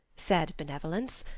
said benevolence,